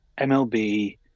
mlb